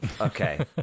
Okay